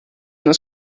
una